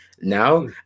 now